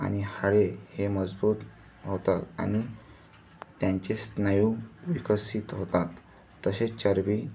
आणि हाडे हे मजबूत होतात आणि त्यांचे स्नायू विकसित होतात तसेच चरबी